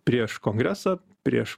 prieš kongresą prieš